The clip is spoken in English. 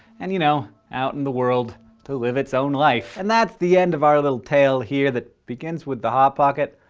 and, you know. out in the world to live its own life. and that's the end of our little tale here that begins with the hot pocket.